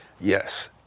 Yes